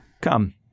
Come